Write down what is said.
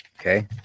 Okay